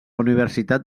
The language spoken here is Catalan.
universitat